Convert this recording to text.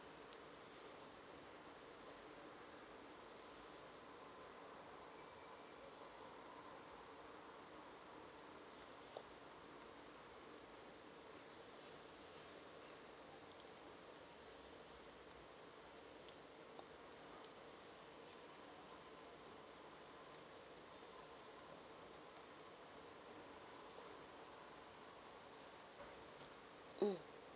mm